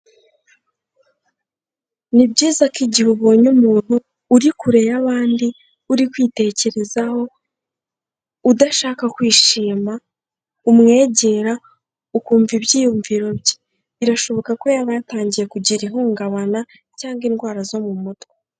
Ni byiza ko igihe ubonye umuntu uri kure y'abandi, uri kwitekerezaho, udashaka kwishima umwegera ukumva ibyiyumviro bye, birashoboka ko yaba yatangiye kugira ihungabana cyangwa indwara zo mu mutwe.